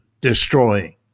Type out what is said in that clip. destroying